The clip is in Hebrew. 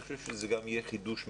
אני חושב שזה גם יהיה חידוש,